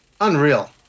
Unreal